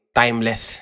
timeless